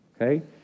okay